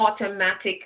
automatic